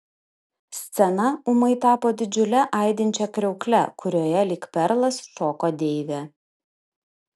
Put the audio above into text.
scena ūmai tapo didžiule aidinčia kriaukle kurioje lyg perlas šoko deivė